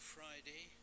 Friday